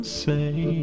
say